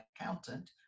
accountant